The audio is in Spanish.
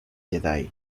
jedi